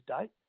date